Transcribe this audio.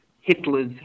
Hitler's